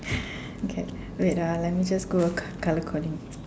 okay wait ah let me just go col~ colour coding